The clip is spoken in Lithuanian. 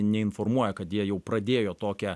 neinformuoja kad jie jau pradėjo tokią